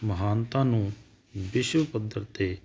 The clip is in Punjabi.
ਮਹਾਨਤਾ ਨੂੰ ਵਿਸ਼ਵ ਪੱਧਰ ਤੇ